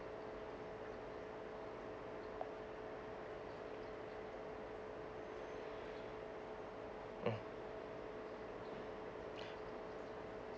mm